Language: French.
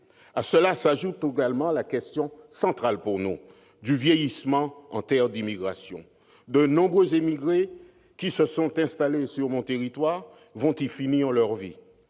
problème s'ajoute la question, centrale pour nous, du vieillissement en terre d'immigration : de nombreux immigrés qui se sont installés sur mon territoire vont y finir leur vie,